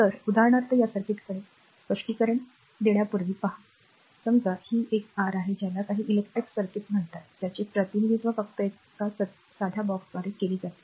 तर उदाहरणार्थ या सर्किटकडे स्पष्टीकरण देण्यापूर्वी पहा समजा ही एक ही एक आर आहे ज्याला काही इलेक्ट्रिक सर्किट म्हणतात ज्याचे प्रतिनिधित्व फक्त एका साध्या बॉक्सद्वारे केले जाते